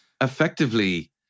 effectively